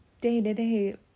day-to-day